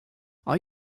are